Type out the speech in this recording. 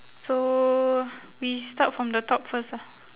so we start from the top first ah